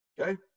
okay